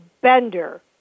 Bender